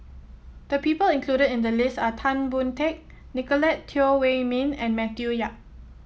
the people included in the list are Tan Boon Teik Nicolette Teo Wei Min and Matthew Yap